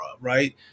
right